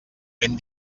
ben